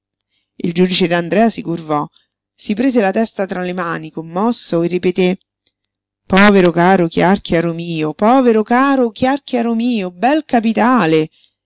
il giudice d'andrea si curvò si prese la testa tra le mani commosso e ripeté povero caro chiàrchiaro mio povero caro chiàrchiaro mio bel capitale